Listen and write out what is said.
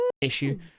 issue